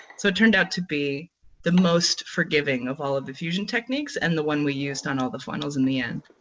so it turned out to be the most forgiving of all of the fusion techniques and the one we used on all the funnels in the end.